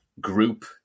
group